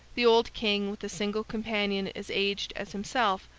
the old king with a single companion as aged as himself,